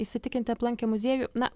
įsitikinti aplankę muziejų na